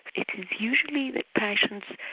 it is usually that patients,